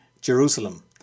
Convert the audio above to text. Jerusalem